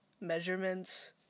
measurements